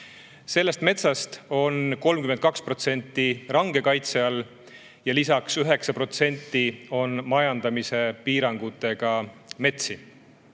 Sellest metsast on 32% range kaitse all ja lisaks on 9% majandamispiirangutega metsi.